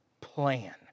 plan